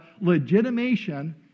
legitimation